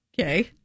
Okay